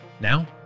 Now